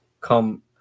come –